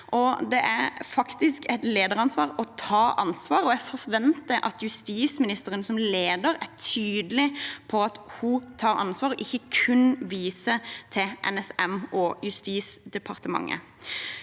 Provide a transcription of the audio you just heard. Det er faktisk et lederansvar å ta ansvar, og jeg forventer at justisministeren som leder er tydelig på at hun tar ansvar og ikke kun viser til NSM og Justisdepartementet.